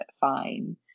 fine